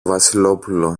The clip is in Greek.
βασιλόπουλο